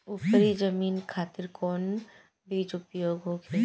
उपरी जमीन खातिर कौन बीज उपयोग होखे?